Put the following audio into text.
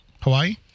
Hawaii